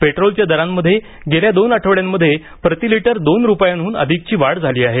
पेट्रोलच्या दरांमध्ये गेल्या दोन आठवडय़ांमध्ये प्रतिलिटर दोन रुपयांहून अधिकची वाढ झाली आहे